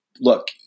look